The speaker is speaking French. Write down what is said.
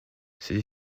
cette